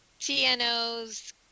TNOs